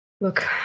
Look